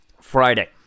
Friday